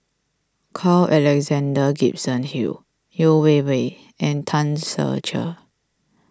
Carl Alexander Gibson Hill Yeo Wei Wei and Tan Ser Cher